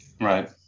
Right